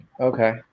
Okay